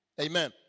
Amen